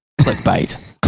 clickbait